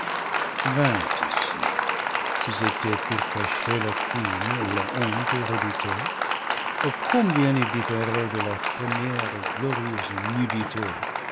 tissu si c'était pour cacher leur crime et la honte redoutée oh combien ils différaient de leur première et glorieuse nudité